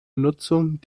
nutzung